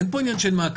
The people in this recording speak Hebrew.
אין פה עניין של מעקב.